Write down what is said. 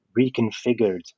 reconfigured